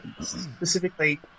specifically